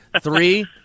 Three